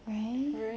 right